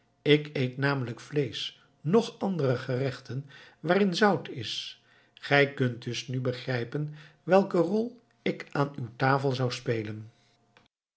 ik eet namelijk vleesch noch andere gerechten waarin zout is gij kunt dus nu begrijpen welke rol ik aan uw tafel zou spelen